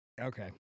Okay